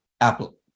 Apple